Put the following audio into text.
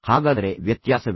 ಹಾಗಾದರೆ ವ್ಯತ್ಯಾಸವೇನು